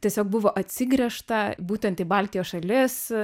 tiesiog buvo atsigręžta būtent į baltijos šalis